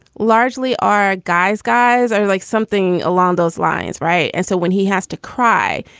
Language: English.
largely are. guys guys are like something along those lines. right. and so when he has to cry,